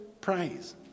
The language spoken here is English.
praise